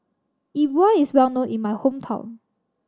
Yi Bua is well known in my hometown